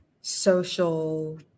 social